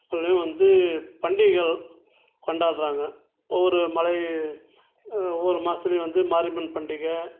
அதுலேயும் வந்து பண்டிகைகள் கொண்டாடுறாங்க ஒவ்வொரு மலை ஒவ்வொரு மாதத்துலியும் வந்து மாரியம்மன் பண்டிகை